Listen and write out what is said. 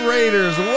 Raiders